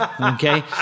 Okay